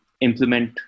implement